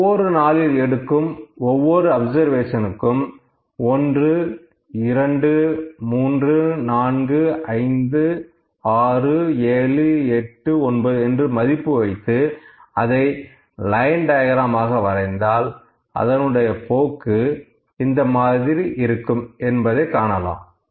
ஒவ்வொரு நாளில் எடுக்கும் ஒவ்வொரு அப்சர்வேஷன்க்கும் 1 2 3 4 5 6 7 8 9 என்று மதிப்பு வைத்து அதை லைன் டயக்ராம் ஆக வரைந்தால் அதனுடைய போக்கு இந்த மாதிரி இருக்கும் என்பதை காணமுடியும்